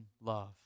love